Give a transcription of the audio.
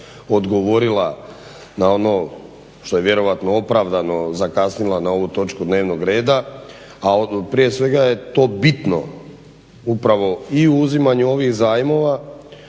odgovorila na ono što je vjerojatno opravdano zakasnila na ovu točku dnevnog reda, a prije svega je to bitno upravo i u uzimanju ovih zajmova,